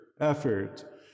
effort